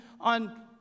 on